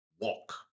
walk